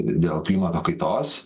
dėl klimato kaitos